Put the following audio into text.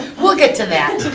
we'll get to that.